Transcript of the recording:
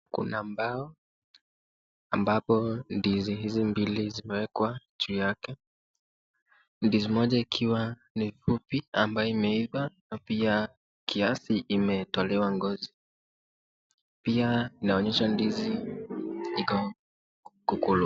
Kuna mbao, ambapo ndizi hizi mbili zimewekwa juu yake, ndizi moja ikiwa fupi ambayo imeiva, pia kiasi imetolewa ngozi, pia inaonyesha ndizi iko kukulwa.